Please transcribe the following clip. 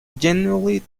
genuinely